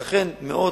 אכן, מאות,